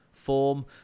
Form